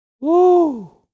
Woo